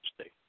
State